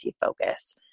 focus